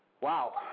Wow